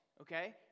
okay